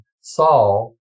Saul